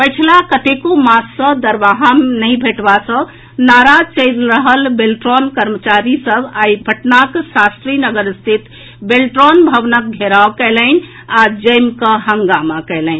पछिला कतेको मास सॅ दरमाहा नहि भेटबा सॅ नाराज चलि रहल बेल्ट्रॉनक कर्मचारी सभ आइ पटना के शास्त्रीनगर स्थित बेल्ट्रॉन भवनक घेराव कयलनि आ जमिकऽ हंगामा कयलनि